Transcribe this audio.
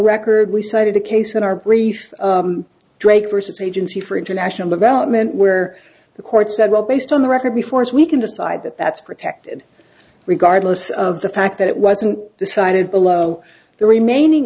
record we cited a case in our brief drake versus agency for international development where the court said well based on the record before us we can decide that that's protected regardless of the fact that it wasn't decided below the remaining